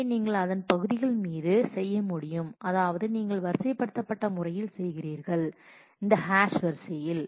எனவே நீங்கள் அதன் பகுதிகள்மீது செய்ய முடியும் அதாவது நீங்கள் வரிசைப்படுத்தப்பட்ட முறையில் செய்கிறீர்கள் இந்த ஹாஷ் வரிசையில்